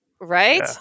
Right